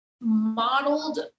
modeled